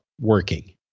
working